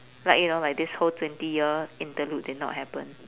like you know like this whole twenty year interlude did not happen